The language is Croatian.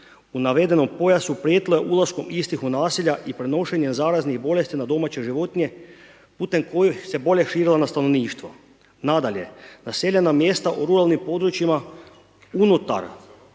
u navedenom pojasu prijetilo je ulaskom istih u naselja i prenošenjem zaraznih bolesti na domaće životinje putem kojih se bolest širila na stanovništvo. Nadalje, naseljena mjesta u ruralnim područjima unutar